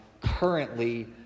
currently